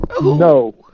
No